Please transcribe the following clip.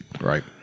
Right